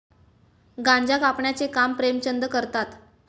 गांजा कापण्याचे काम प्रेमचंद करतात